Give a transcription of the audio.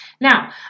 Now